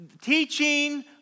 Teaching